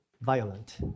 violent